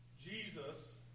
Jesus